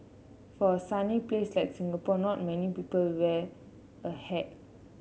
for a sunny place like Singapore not many people wear a hat